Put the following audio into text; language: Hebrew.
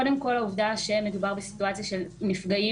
קודם כל העובדה שמדובר בסיטואציה של נפגעים